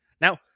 Now